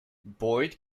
boyd